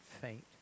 faint